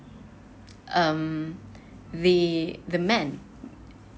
um the the man